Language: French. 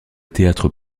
théâtre